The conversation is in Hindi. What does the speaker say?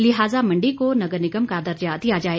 लिहाजा मण्डी को नगर निगम का दर्जा दिया जाए